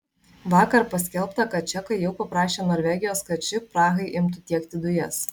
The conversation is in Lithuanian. vakar paskelbta kad čekai jau paprašė norvegijos kad ši prahai imtų tiekti dujas